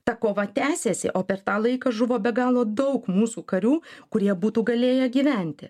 ta kova tęsiasi o per tą laiką žuvo be galo daug mūsų karių kurie būtų galėję gyventi